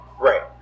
Right